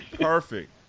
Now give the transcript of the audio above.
perfect